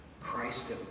Christ